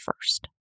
first